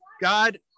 God